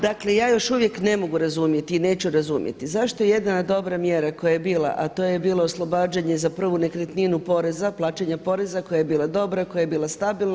Dakle ja još uvijek ne mogu razumjeti i neću razumjeti zašto jedna dobra mjera koja je bila a to je bilo oslobađanje za prvu nekretninu poreza, plaćanja poreza koja je bila dobra, koja je bila stabilna.